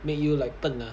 make you like 笨 ah